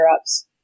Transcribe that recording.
ups